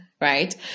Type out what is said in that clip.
right